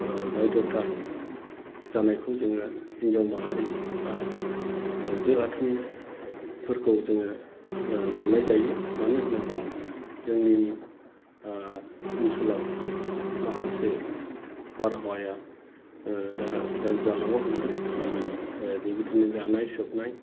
बायद'था जानायखौ जोङो हिनजाव माहारि बा जो आथोनफोरखौ जोङो नुनाय जायो मानो होनोब्ला जोंनि ओनसोलाव माखासे बारहावाया दा गाज्रि जालांनो हमदों बेबादिनो जानाय सोबनाय